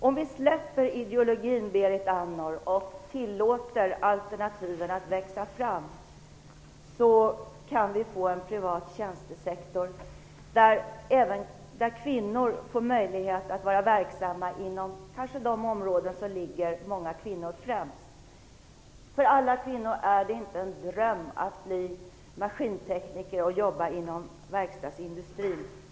Om vi släpper ideologin, Berit Andnor, och tillåter alternativen att växa fram kan vi få en privat tjänstesektor där kvinnor får möjlighet att vara verksamma inom de områden som kanske ligger många kvinnor närmast. För alla kvinnor är det inte en dröm att bli maskintekniker och att jobba inom verkstadsindustrin.